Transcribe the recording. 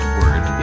word